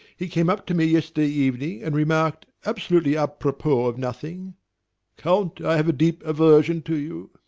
he came up to me yesterday evening and remarked absolutely apropos of nothing count, i have a deep aversion to you!